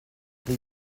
les